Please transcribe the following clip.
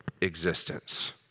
existence